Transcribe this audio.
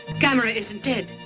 gamera isn't dead.